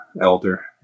elder